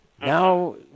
Now